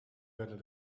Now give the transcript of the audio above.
werden